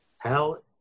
tell